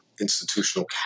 institutional